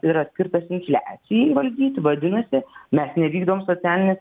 yra skirtas infliacijai valdyti vadinasi mes nevykdom socialinės